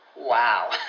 Wow